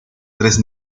tres